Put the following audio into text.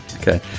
Okay